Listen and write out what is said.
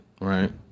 right